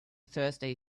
thursday